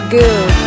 good